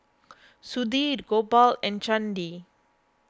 Sudhir Gopal and Chandi